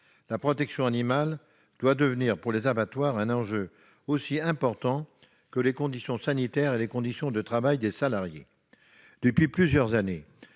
La protection animale doit devenir pour les abattoirs un enjeu aussi important que les conditions sanitaires et les conditions de travail des salariés. Depuis plusieurs années,